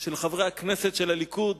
של חברי הכנסת של הליכוד